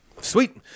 sweet